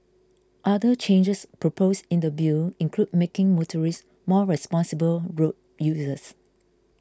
other changes proposed in the Bill include making motorists more responsible road users